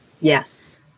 Yes